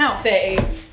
say